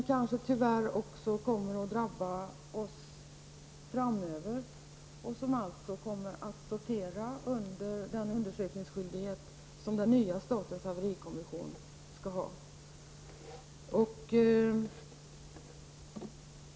Sådana olyckor kommer kanske att drabba oss även framöver och alltså sortera under den undersökningsskyldighet som statens nya haverikommission skall ha.